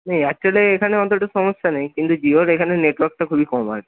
না এয়ারটেলে এখানে অতটা সমস্যা নেই কিন্তু জিওর এখানে নেটওয়ার্কটা খুবই কম আর কি